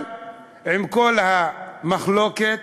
אבל עם כל המחלוקת,